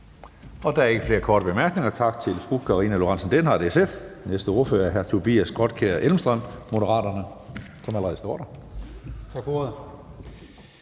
Der er ikke flere korte bemærkninger. Tak til fru Karina Lorentzen Dehnhardt, SF. Den næste ordfører er hr. Tobias Grotkjær Elmstrøm, Moderaterne. Kl. 16:14 (Ordfører) Tobias